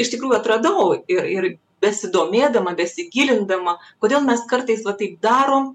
iš tikrųjų atradau ir ir besidomėdama besigilindama kodėl mes kartais va taip darom